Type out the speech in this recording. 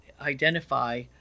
identify